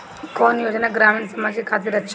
कौन योजना ग्रामीण समाज के खातिर अच्छा बा?